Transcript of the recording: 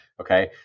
Okay